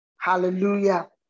Hallelujah